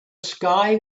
sky